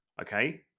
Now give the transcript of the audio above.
Okay